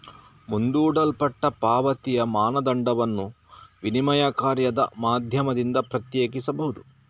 ಮುಂದೂಡಲ್ಪಟ್ಟ ಪಾವತಿಯ ಮಾನದಂಡವನ್ನು ವಿನಿಮಯ ಕಾರ್ಯದ ಮಾಧ್ಯಮದಿಂದ ಪ್ರತ್ಯೇಕಿಸಬಹುದು